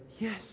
Yes